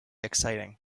exciting